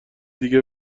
دیگه